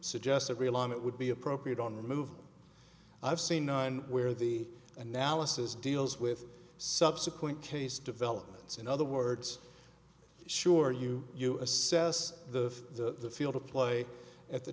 suggested realign it would be appropriate on the move i've seen nine where the analysis deals with subsequent case developments in other words sure you you assess the field of play at the